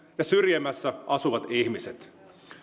ja syrjemmässä asuvat ihmiset